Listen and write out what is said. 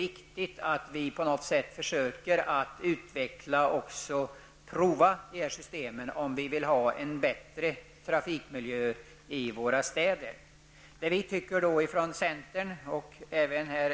Man menar, att om vi vill ha en bättre trafikmiljö i våra städer, så är det viktigt att utveckla och prova dessa system.